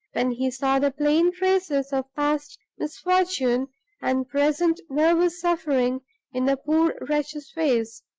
when he saw the plain traces of past misfortune and present nervous suffering in the poor wretch's face.